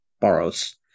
borrows